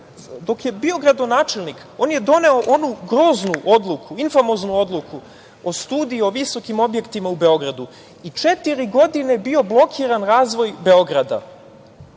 je bio gradonačelnik on je doneo onu groznu odluku, infamoznu odluku o studiji o visokim objektima u Beogradu i četiri godine je bio blokiran razvoj Beograda.